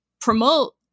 promote